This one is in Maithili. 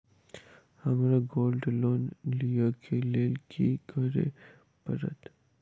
हमरा गोल्ड लोन लिय केँ लेल की करऽ पड़त?